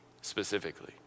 specifically